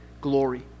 glory